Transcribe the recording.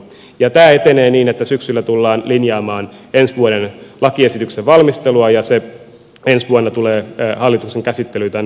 tämä etenee niin että syksyllä tullaan linjaamaan ensi vuoden lakiesityksen valmistelua ja se ensi vuonna tulee hallituksen käsittelyyn tämän pohjalta